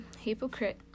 Hypocrite